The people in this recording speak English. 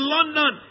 London